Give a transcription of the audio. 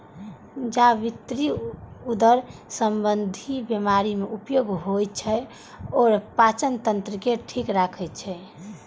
जावित्री उदर संबंधी बीमारी मे उपयोग होइ छै आ पाचन तंत्र के ठीक राखै छै